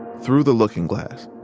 through the looking glass.